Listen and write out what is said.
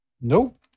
Nope